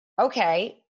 okay